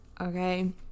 Okay